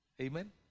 amen